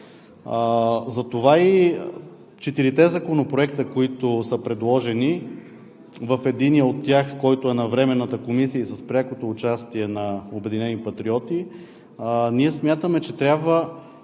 Затова и четирите законопроекта, които са предложени – в единия от тях, който е на Временната комисия, с прякото участие на „Обединени патриоти“ ние смятаме, че трябва